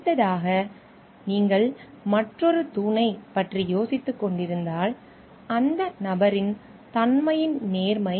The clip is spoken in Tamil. அடுத்ததாக நீங்கள் மற்றொரு தூணைப் பற்றி யோசித்துக்கொண்டிருந்தால் அந்த நபரின் தன்மையின் நேர்மை